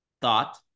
thought